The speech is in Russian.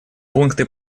пункты